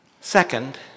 second